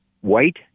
white